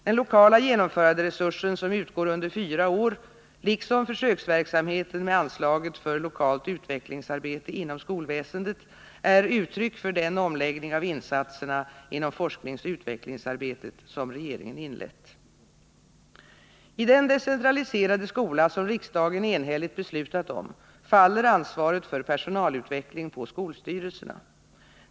Den lokala genomföranderesursen, som utgår undor fyra år, liksom försöksverksamheten med anslaget för lokalt utvecklingsarbete inom skolväsendet är uttryck för den omläggning av insatserna inom forskningsoch utvecklingsarbetet som regeringen inlett. I den decentraliserade skola, som riksdagen enhälligt beslutat om, faller ansvaret för personalutveckling på skolstyrelserna.